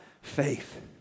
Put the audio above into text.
faith